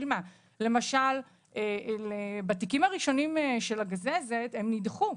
למשל, התיקים הראשונים של הגזזת - הם נדחו.